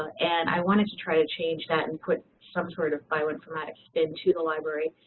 and i wanted to try to change that and put some sort of bioinformatics spin to the library.